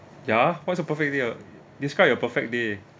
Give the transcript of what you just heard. ya what is your perfect day uh describe your perfect day